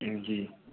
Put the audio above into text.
जी